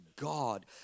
God